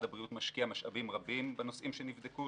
הבריאות משקיע משאבים רבים בנושאים שנבדקו,